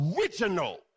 original